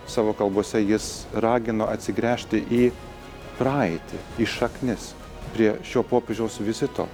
savo kalbose jis ragino atsigręžti į praeitį į šaknis prie šio popiežiaus vizito